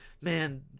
man